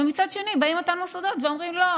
ומצד שני באים אותם מוסדות ואומרים: לא,